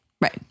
Right